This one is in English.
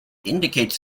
indicates